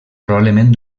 probablement